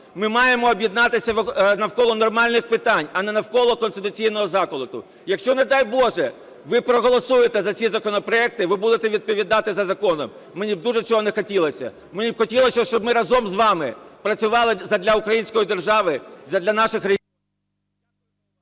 Ми маємо об'єднатися навколо нормальних питань, а не навколо конституційного заколоту. Якщо, не дай Боже, ви проголосуєте за ці законопроекти, ви будете відповідати за законом. Мені б дуже цього не хотілося. Мені б хотілося, щоб ми разом з вами працювали задля української держави, задля наших …